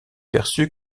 perçue